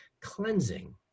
cleansing